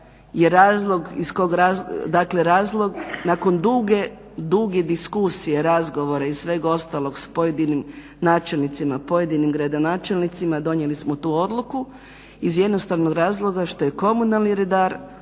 je razlog nakon duge, duge diskusije, razgovora i sveg ostalog s pojedinim načelnicima, pojedinim gradonačelnicima, donijeli smo tu odluku iz jednostavnog razloga što je komunalni redar